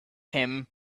him